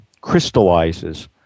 crystallizes